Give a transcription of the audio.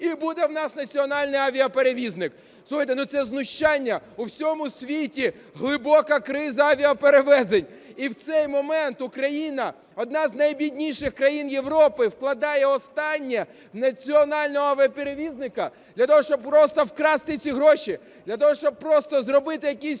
І буде в нас національний авіаперевізник. Слухайте, ну це знущання. У всьому світі глибока криза авіаперевезень. І в цей момент Україна, одна з найбідніших країн Європи, вкладає останнє в національного авіаперевізника для того, щоб просто вкрасти ці гроші, для того, щоб просто зробити якійсь